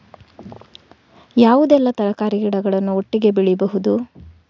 ಯಾವುದೆಲ್ಲ ತರಕಾರಿ ಗಿಡಗಳನ್ನು ಒಟ್ಟಿಗೆ ಬೆಳಿಬಹುದು?